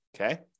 Okay